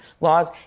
laws